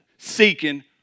seeking